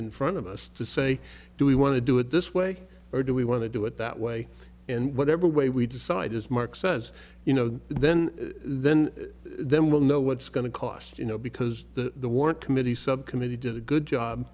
in front of us to say do we want to do it this way or do we want to do it that way and whatever way we decide as mark says you know then then then we'll know what's going to cost you know because the warrant committee subcommittee did a good job